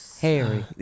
Harry